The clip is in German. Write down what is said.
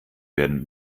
werden